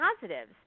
positives